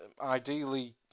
Ideally